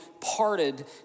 parted